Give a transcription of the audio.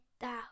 down